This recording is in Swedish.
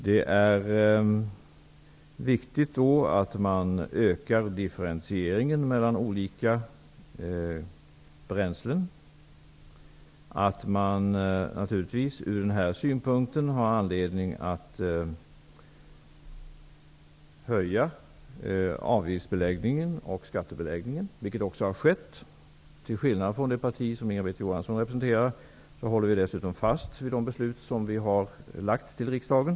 Det är viktigt att man ökar differentieringen mellan olika bränslen. Man har från den här synpunkten anledning att höja avgifterna och skatterna, vilket också har skett. Till skillnad från det parti som Inga-Britt Johansson representerar håller vi fast vid de förslag som vi har lagt fram för riksdagen.